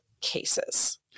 cases